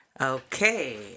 Okay